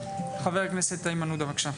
חבר הכנסת איימן עודה, בבקשה.